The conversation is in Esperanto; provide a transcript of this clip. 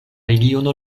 regiono